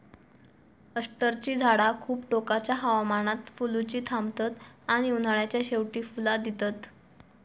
अष्टरची झाडा खूप टोकाच्या हवामानात फुलुची थांबतत आणि उन्हाळ्याच्या शेवटी फुला दितत